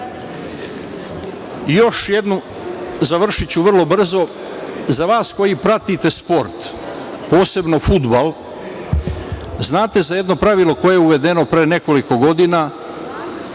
razmišljanja. Završiću vrlo brzo. Za vas koji pratite sport, posebno fudbal, znate za jedno pravilo koje je uvedeno pre nekoliko godina,